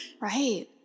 Right